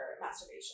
masturbation